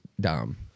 dumb